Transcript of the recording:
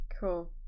cool